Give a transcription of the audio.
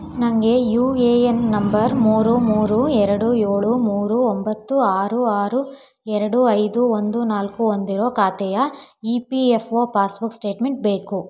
ನನಗೆ U A N number ಮೂರು ಮೂರು ಎರಡು ಏಳು ಮೂರು ಒಂಬತ್ತು ಆರು ಆರು ಎರಡು ಐದು ಒಂದು ನಾಲ್ಕು ಹೊಂದಿರೋ ಖಾತೆಯ E P F O passbook statement ಬೇಕು